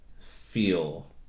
feel